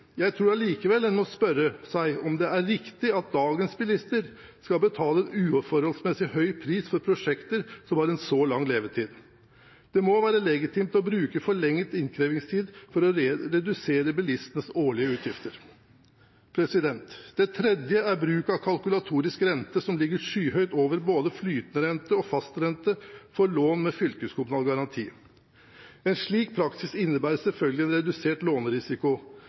Jeg tror allikevel en må spørre seg hvorvidt det er riktig at dagens bilister skal betale en uforholdsmessig høy pris for prosjekter som har en så lang levetid. Det må være legitimt å bruke forlenget innkrevingstid for å redusere bilistenes årlige utgifter. Det tredje er bruk av kalkulatorisk rente, som ligger skyhøyt over både flytende rente og fastrente for lån med fylkeskommunal garanti. En slik praksis innebærer selvfølgelig en redusert lånerisiko.